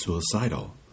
suicidal